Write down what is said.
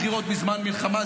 בחירות בזמן מלחמה,